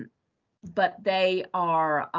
but they are.